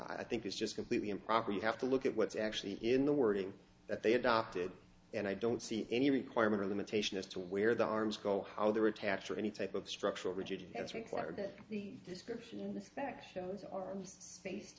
i think is just completely improper you have to look at what's actually in the wording that they adopted and i don't see any requirement of limitation as to where the arms go how they're attached or any type of structural rigid that's required that the description in the sections are based